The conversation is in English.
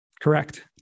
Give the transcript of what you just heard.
Correct